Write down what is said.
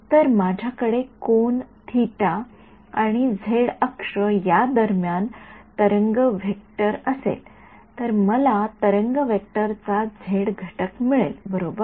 तर माझ्याकडे कोन थिटा आणि झेड अक्ष या दरम्यान तरंग वेक्टर असेल तर मला तरंग वेक्टरचा झेड घटक मिळेल बरोबर